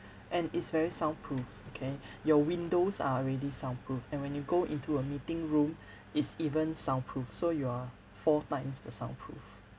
and it's very sound proof okay your windows are already soundproof and when you go into a meeting room it's even soundproof so you are four times the soundproof